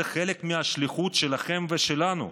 זה חלק מהשליחות שלכם ושלנו.